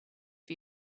for